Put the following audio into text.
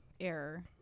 error